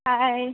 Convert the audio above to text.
हाय